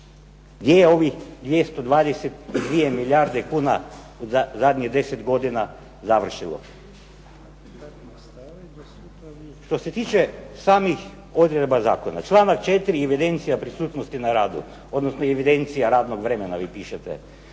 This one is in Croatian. Gdje je ovih 222 milijarde kuna u zadnjih 10 godina završilo? Što se tiče samih odredaba zakona, članak 4. evidencija prisutnosti na radu, odnosno evidencija radnog vremena vi pišete.